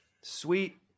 Sweet